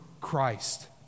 Christ